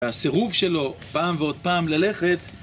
והסירוב שלו, פעם ועוד פעם ללכת...